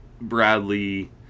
Bradley